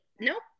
nope